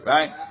Right